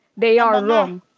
they are wrong.